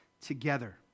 together